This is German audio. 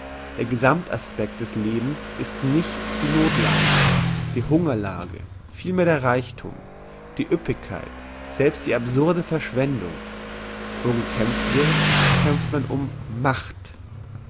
der gesammt aspekt des lebens ist nicht die nothlage die hungerlage vielmehr der reichthum die üppigkeit selbst die absurde verschwendung wo gekämpft wird kämpft man um macht